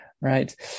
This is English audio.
Right